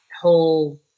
whole